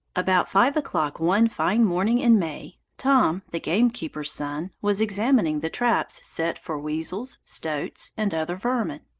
a bout five o'clock one fine morning in may, tom, the gamekeeper's son, was examining the traps set for weasels, stoats, and other vermin.